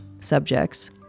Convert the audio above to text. subjects